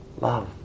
love